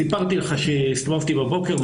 סיפרתי לך שהסתובבתי בבוקר,